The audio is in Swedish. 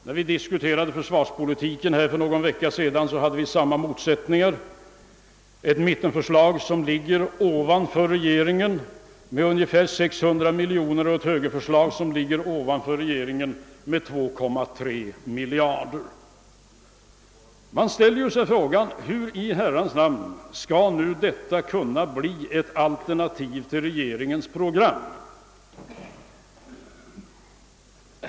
När vi diskuterade försvarspolitiken för någon vecka sedan mötte vi samma motsättningar — ett mittenförslag som med ungefär 600 miljoner och ett högerförslag som med 2,3 miljarder överstiger regeringens förslag. Man frågar sig: Hur i Herrans namn skall detta kunna bli ett alternativ till regeringens program?